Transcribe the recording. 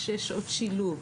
יש שעות שילוב,